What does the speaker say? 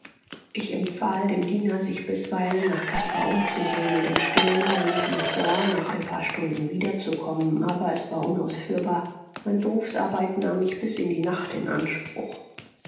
ich empfahl dem diener sich bisweilen nach caspar umzusehen und im stillen nahm ich mir vor nach ein paar stunden wiederzukommen aber es war unausführbar meine berufsarbeit nahm mich bis in die nacht in anspruch